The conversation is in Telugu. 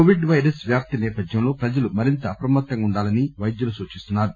కోవిడ్ పైరస్ వ్యాప్తి సేపథ్యంలో ప్రజలు మరింత అప్రమత్తంగా ఉండాలని పైద్యులు సూచిస్తున్నారు